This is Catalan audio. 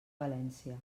valència